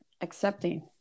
accepting